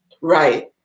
Right